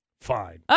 Fine